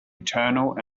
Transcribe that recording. eternal